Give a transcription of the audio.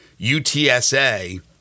UTSA